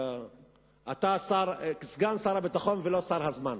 אתה סגן שר הביטחון ולא שר הזמן.